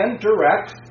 direct